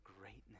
greatness